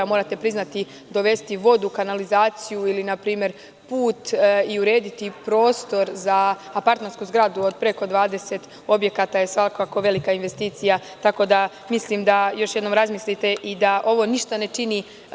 Morate priznati, dovesti vodu, kanalizaciju ili, na primer, put i urediti prostor za apartmansku zgradu preko 20 objekata je svakako velika investicija, tako da mislim da još jednom razmislite i da ovo ništa ne čini.